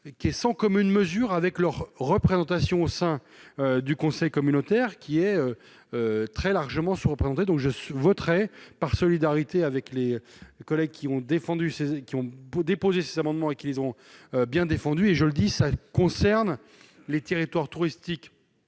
qui est sans commune mesure avec leur représentation au sein du conseil communautaire qui est très largement sous-représentées, donc je suis vautré par solidarité avec les collègues qui ont défendu ses qui ont déposé ça amendements et qu'ils ont bien défendu et je le dis, ça concerne les territoires touristiques